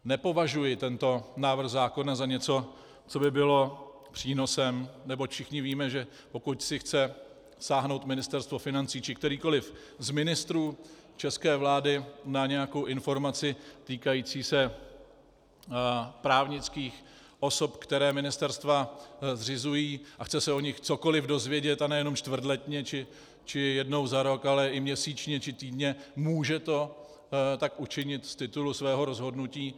Nepovažuji tento návrh zákona za něco, co by bylo přínosem, neboť všichni víme, že pokud si chce sáhnout Ministerstvo financí či kterýkoli z ministrů české vlády na nějakou informaci týkající se právnických osob, které ministerstva zřizují, a chce se o nich cokoliv dozvědět, a nejenom čtvrtletně či jednou za rok, ale i měsíčně či týdně, může to tak učinit z titulu svého rozhodnutí.